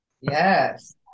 Yes